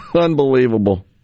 Unbelievable